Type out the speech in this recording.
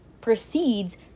proceeds